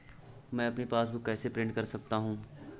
मैं अपनी पासबुक कैसे प्रिंट कर सकता हूँ?